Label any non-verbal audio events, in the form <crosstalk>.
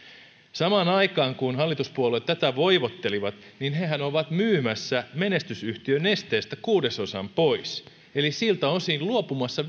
samaan aikaan kun hallituspuolueet tätä voivottelivat niin hehän ovat myymässä menestysyhtiö nesteestä kuudesosan pois eli siltä osin luopumassa <unintelligible>